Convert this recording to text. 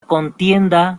contienda